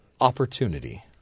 opportunity